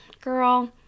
girl